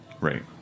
Right